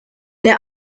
there